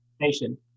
nation